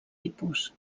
tipus